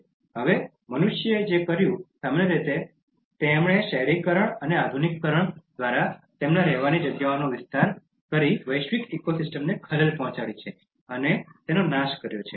હવે મનુષ્યે જે કર્યું છે સામાન્ય રીતે આ રીતે તેમણે શહેરીકરણ અને આધુનિકરણ દ્વારા તેમના રહેવાની જગ્યાઓનો વિસ્તાર કરી વૈશ્વિક ઇકોસિસ્ટમને ખલેલ પહોંચાડી છે અને તેનો નાશ કર્યો છે